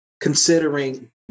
considering